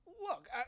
look